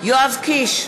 יואב קיש,